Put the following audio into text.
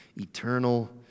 Eternal